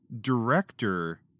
director